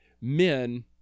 men